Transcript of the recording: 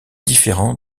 différent